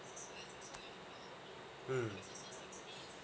mm